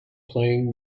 playing